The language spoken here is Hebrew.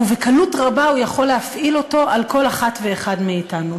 ובקלות רבה הוא יכול להפעיל אותו על כל אחת ואחד מאתנו.